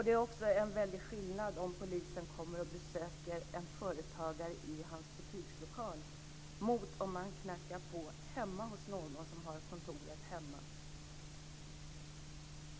Det är också en väldig skillnad på om polisen besöker en företagare i dennes butikslokal eller om man knackar på hemma hos någon som har kontoret hemma.